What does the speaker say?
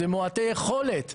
זה מעוטי יכולת.